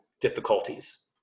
difficulties